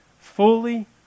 Fully